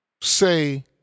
Say